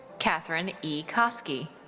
katherine e. koskey.